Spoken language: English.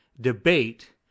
debate